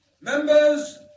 Members